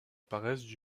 apparaissent